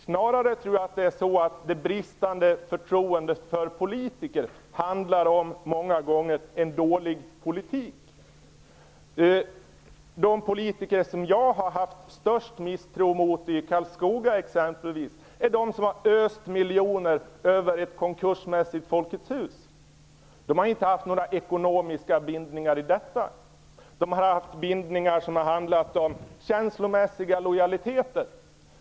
Snarare tror jag att det bristande förtroendet för politiker många gånger handlar om en dålig politik. De politiker som jag har haft störst misstroende mot i Karlskoga är de som öst miljoner över ett konkursmässigt Folkets hus. De har inte haft några ekonomiska bindningar i detta. De har haft bindningar som har handlat om att känslomässiga lojaliteter.